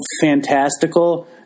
fantastical